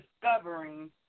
discovering